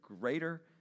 greater